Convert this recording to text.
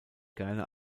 gerne